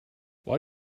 why